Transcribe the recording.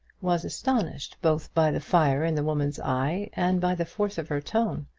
was astonished both by the fire in the woman's eye and by the force of her tone.